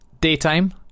Daytime